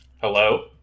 Hello